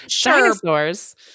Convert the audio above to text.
dinosaurs